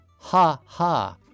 ha-ha